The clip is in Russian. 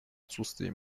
отсутствии